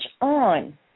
on